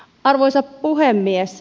arvoisa puhemies